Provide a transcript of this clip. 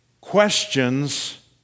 questions